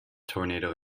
tornado